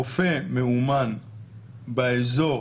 רופא מאומן באיזור